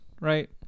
right